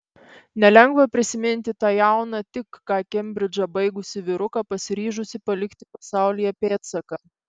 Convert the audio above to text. nelengva prisiminti tą jauną tik ką kembridžą baigusį vyruką pasiryžusį palikti pasaulyje pėdsaką